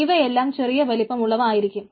ഇവയെല്ലാം ചെറിയ വലിപ്പമുള്ളവ ആയിരിക്കാം